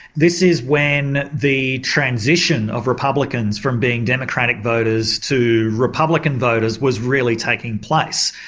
this is when the transition of republicans from being democratic voters to republican voters was really taking place.